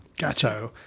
Gotcha